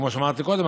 כמו שאמרתי קודם,